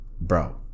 Bro